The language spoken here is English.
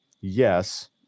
yes